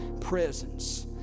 presence